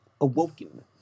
awoken